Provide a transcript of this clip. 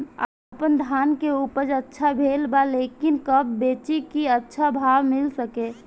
आपनधान के उपज अच्छा भेल बा लेकिन कब बेची कि अच्छा भाव मिल सके?